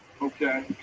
Okay